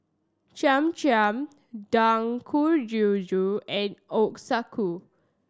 Cham Cham Dangojiru and Ochazuke